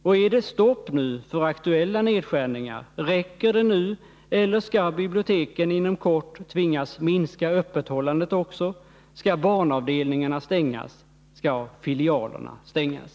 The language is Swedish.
Och är det stopp nu för aktuella nedskärningar? Räcker det nu, eller skall biblioteken inom kort också tvingas minska öppethållandet? Skall kanske även barnavdelningarna och filialerna behöva stängas.